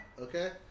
okay